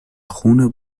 خون